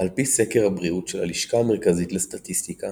על-פי סקר הבריאות של הלשכה המרכזית לסטטיסטיקה